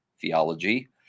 theology